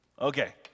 Okay